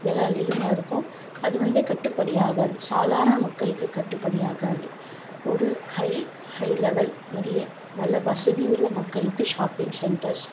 வில அதிகமாகருக்கும் அது வந்து கட்டுப்படி ஆகாது சாதாரண மக்களுக்கு கட்டுபடி ஆகாது ஒரு ஹை ஹை லெவல் நிறைய நல்ல வசதிவுள்ள மக்களுக்கு ஷாப்பிங் சென்டெர்ஸ்